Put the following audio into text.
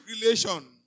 relation